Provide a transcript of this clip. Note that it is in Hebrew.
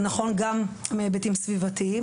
זה נכון גם מהיבטים סביבתיים,